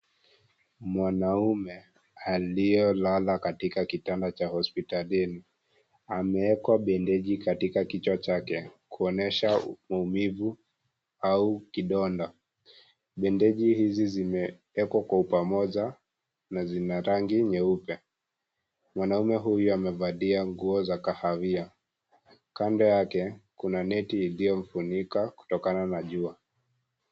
Mwanaume, aliyelala katika kitanda cha hospitalini, ameekwa bendeji katika kichwa chake, kuonyesha maumivu au kidonda. Bendeji hizi zimeekwa kwa upamoja na zina rangi nyeupe. Mwanaume huyu amevalia nguo za kahawia. Kando yake, kuna neti iliyomfunika kutokana na jua.